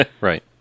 Right